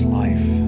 life